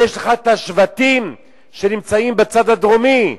ויש לך השבטים שנמצאים בצד הדרומי,